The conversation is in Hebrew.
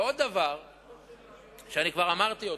ועוד דבר שכבר אמרתי אותו,